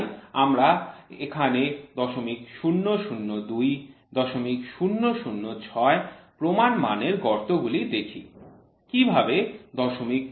তাই আমরা এখন ০০০২ ০০০৬ প্রমাণ মানের গর্ত গুলি দেখি